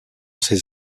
ses